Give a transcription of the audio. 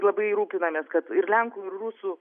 labai rūpinamės kad ir lenkų ir rusų